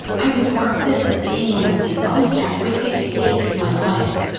i would mark this as being one of the most horrific days of my life.